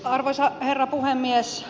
arvoisa herra puhemies